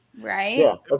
Right